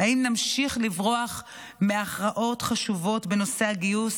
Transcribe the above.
האם נמשיך לברוח מהכרעות חשובות בנושא הגיוס?